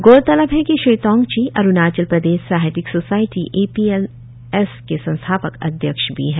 गौरतलब है कि श्री थोंगची अरुणाचल प्रदेश साहित्यिक society A P L S के संस्थापक अध्यक्ष भी है